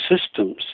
systems